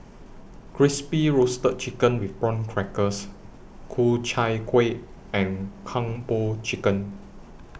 Crispy Roasted Chicken with Prawn Crackers Ku Chai Kueh and Kung Po Chicken